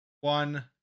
one